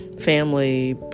family